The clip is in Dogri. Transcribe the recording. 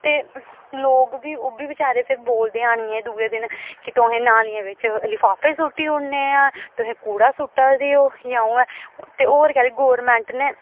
ते लोग बी ओह् बी बचारे फिर बोलदे हनियै दूए दिन कि तुहें नालियें बिच्च लफाफे सुट्टी ओड़ने तुहें कूड़ा सुट्टा दे ओ जां ते होर केह् गौरमैंट ने